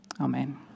Amen